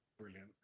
Brilliant